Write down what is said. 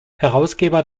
herausgeber